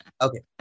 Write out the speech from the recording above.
Okay